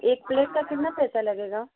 एक प्लेट का कितना पैसा लगेगा